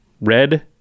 red